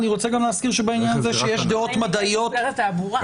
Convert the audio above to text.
אני רוצה גם להזכיר שבעניין זה יש דעות מדעיות ------ בסדר.